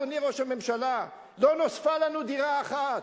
אדוני ראש הממשלה: לא נוספה לנו דירה אחת.